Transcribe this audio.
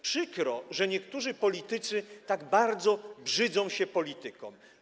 Przykro, że niektórzy politycy tak bardzo brzydzą się polityką.